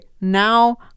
now